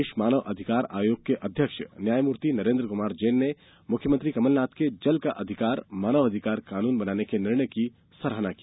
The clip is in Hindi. प्रदेश मानव आधिकार आयोग के अध्यक्ष न्यायमूर्ति नरेन्द्र कुमार जैन ने मुख्यमंत्री कमल नाथ के ष्जल का अधिकार मानव अधिकारष्ट कानून बनाने के निर्णय की सराहना की